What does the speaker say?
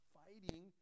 fighting